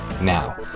now